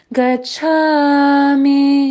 Gachami